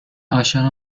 عاشق